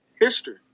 History